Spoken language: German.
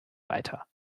weiter